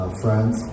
friends